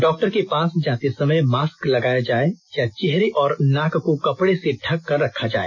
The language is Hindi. डॉक्टर के पास जाते समय मास्क लगाया जाए या चेहरे और नाक को कपड़े से ढक कर रखा जाए